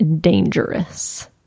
Dangerous